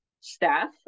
staff